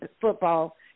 football